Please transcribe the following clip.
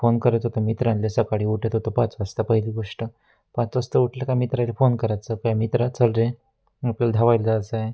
phone करत होतं मित्रांले सकाळी उठत होतो पाच वाजता पहिली गोष्ट पाच वाजता उठलं का मित्राला फोन करायचं का मित्रा चल रे आपल्याला धवायला जायचं आहे